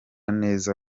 neza